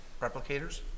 Replicators